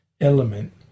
element